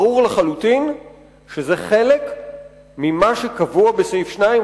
ברור לחלוטין שזה חלק ממה שקבוע בסעיף 2,